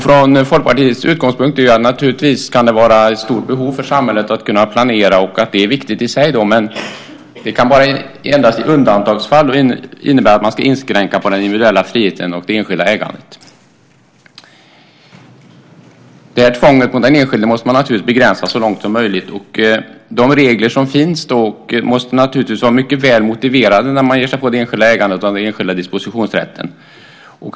Folkpartiets utgångspunkt är att det naturligtvis kan finnas ett stort behov och är viktigt för samhället att kunna planera, men det ska endast i undantagsfall innebära en inskränkning av den individuella friheten och det enskilda ägandet. Tvånget mot den enskilde måste naturligtvis begränsas så långt som möjligt. De regler som finns måste vara väl motiverade när man ger sig på det enskilda ägandet och den enskilda dispositionsrätten.